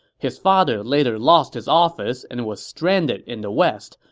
his father later lost his office and was stranded in the west,